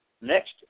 next